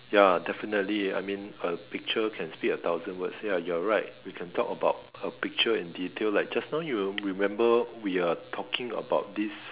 ya definitely I mean a picture can speak a thousand words ya you're right we can talk about a picture in detail like just now you remember we are talking about this